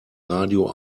radio